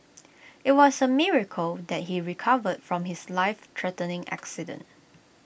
IT was A miracle that he recovered from his lifethreatening accident